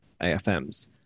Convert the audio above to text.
AFMs